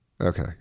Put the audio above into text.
Okay